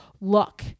look